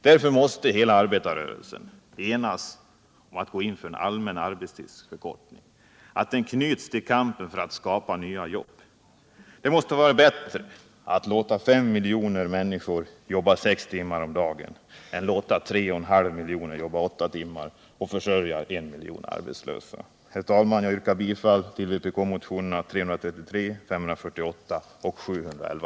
Därför måste hela arbetarklassen enas om att en allmän arbetstidsförkortning knyts till kampen för att skapa nya jobb. Det måste vara bättre att låta 5 miljoner människor jobba sex timmar om dagen än att låta 3,5 miljoner jobba åtta timmar och försörja 1 miljon arbetslösa. Herr talman! Med detta yrkar jag bifall till vpk-motionerna 333, 548 och 711.